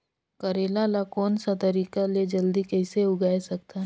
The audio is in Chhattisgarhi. करेला ला कोन सा तरीका ले जल्दी कइसे उगाय सकथन?